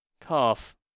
Calf